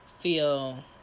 feel